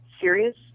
serious